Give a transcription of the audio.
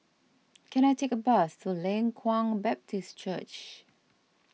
can I take a bus to Leng Kwang Baptist Church